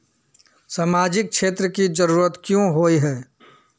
सामाजिक क्षेत्र की जरूरत क्याँ होय है?